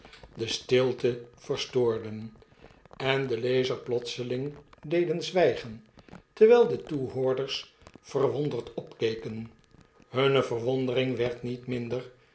de stilte verstoorden en den lezer plotseling deden zwijgen terwijl de toehoorders verwonderd opkeken hunne verwondering werd niet minder